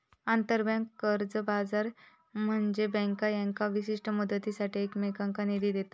आंतरबँक कर्ज बाजार म्हनजे बँका येका विशिष्ट मुदतीसाठी एकमेकांनका निधी देतत